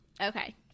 Okay